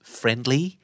friendly